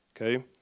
okay